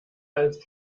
als